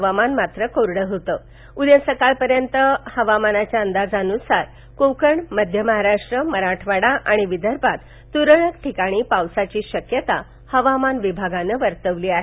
हवामान मात्र कोरड होतं उद्या सकाळपर्यंतच्या हवामान अंदाजान्सार कोकणमध्य महाराष्ट्र मराठवाडा आणि विदर्भात तुरळक ठिकाणी पावसाची शक्यता हवामान विभागानं वर्तवली आहे